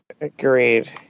Agreed